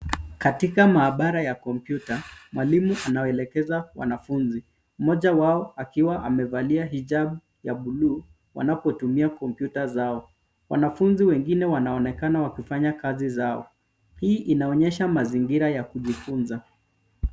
Katika maabara ya kompyuta, mwalimu anawaelekeza wanafunzi mmoja wao akiwa amevalia hijabu ya bluu wanapotumia kompyuta zao. Wanafunzi wengine wanaonekana wakifanya kazi zao. Hii inaonyesha mazingira ya kujifunza.